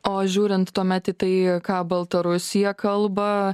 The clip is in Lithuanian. o žiūrint tuomet į tai ką baltarusija kalba